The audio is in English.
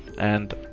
and